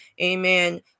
amen